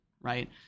right